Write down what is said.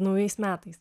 naujais metais